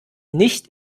nicht